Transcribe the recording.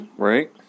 Right